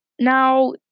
now